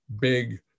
big